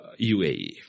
UAE